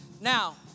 Now